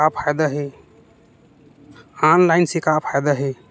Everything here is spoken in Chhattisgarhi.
ऑनलाइन से का फ़ायदा हे?